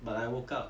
but I woke up